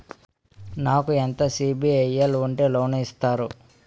నాకు ఎంత సిబిఐఎల్ ఉంటే లోన్ ఇస్తారు?